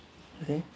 okay